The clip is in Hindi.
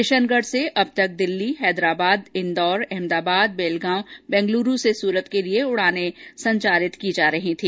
किशनगढ़ से अब तक दिल्ली हैदराबाद इंदौर अहमदाबाद बेलगांव बेंगलुरु से सूरत के लिए उड़ानें संचालित की जा रही थी